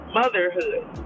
motherhood